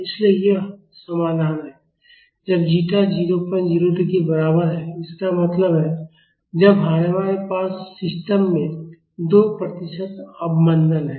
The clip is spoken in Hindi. इसलिए यह समाधान है जब जीटा 002 के बराबर है इसका मतलब है जब हमारे पास सिस्टम में 2 प्रतिशत अवमंदन है